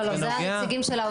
לא, זה הנציגים של האוצר.